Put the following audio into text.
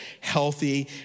healthy